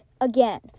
Again